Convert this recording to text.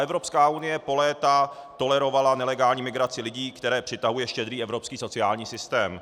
Evropská unie po léta tolerovala nelegální migrací lidí, které přitahuje štědrý evropský sociální systém.